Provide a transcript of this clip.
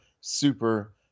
super